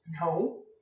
No